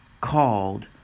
called